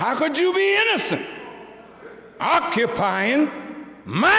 w could you be occupying my